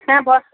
হ্যাঁ